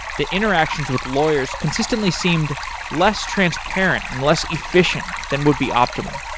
the interactions with lawyers consistently seemed less transparent and less efficient than would be optimal.